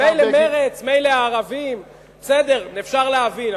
מילא מרצ, מילא הערבים, בסדר, אפשר להבין.